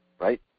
right